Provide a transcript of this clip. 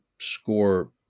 score